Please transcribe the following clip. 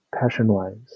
passion-wise